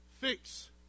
fix